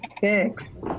six